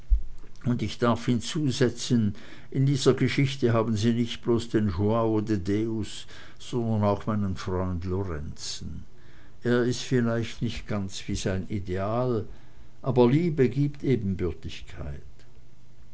und ich darf hinzusetzen in dieser geschichte haben sie nicht bloß den joao de deus sondern auch meinen freund lorenzen er ist vielleicht nicht ganz wie sein ideal aber liebe gibt